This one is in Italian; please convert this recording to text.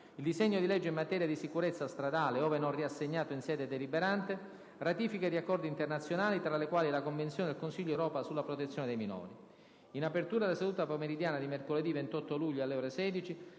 il disegno dì legge in materia di sicurezza stradale, ove non riassegnato in sede deliberante; ratifiche di accordi internazionali, tra le quali la convenzione del Consiglio d'Europa sulla protezione dei minori. In apertura della seduta pomeridiana di mercoledì 28 luglio, alle ore 16,